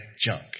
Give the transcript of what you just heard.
junk